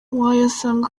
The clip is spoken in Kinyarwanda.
wayasanga